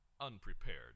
unprepared